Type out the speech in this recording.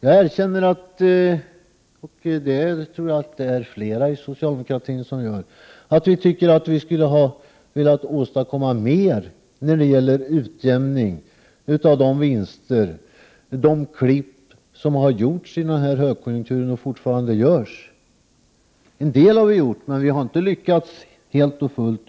Jag erkänner — och det tror jag att flera socialdemokrater gör — att vi skulle ha velat åstadkomma mer när det gäller utjämning av de vinster och klipp som har gjorts under denna högkonjunktur och som fortfarande görs. En del har vi gjort, men vi har inte lyckats helt och fullt.